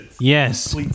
Yes